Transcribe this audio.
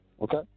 Okay